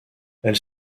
elle